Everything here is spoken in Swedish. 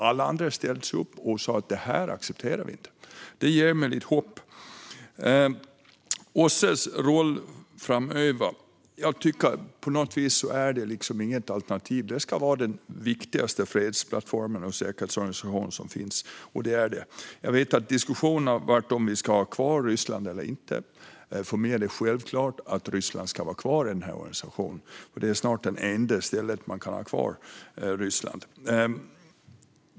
Alla andra ställde sig upp och sa: Det här accepterar vi inte. Det ger mig lite hopp. När det handlar om OSSE:s roll framöver finns det på något vis inte något alternativ. Det ska vara den viktigaste fredsplattformen och säkerhetsorganisationen som finns, och det är det. Jag vet att det har varit diskussioner gällande om vi ska ha kvar Ryssland eller inte. För mig är det självklart att Ryssland ska vara kvar i organisationen. Det är snart det enda stället där man kan ha kvar Ryssland.